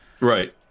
Right